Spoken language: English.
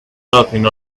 laughing